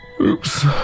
Oops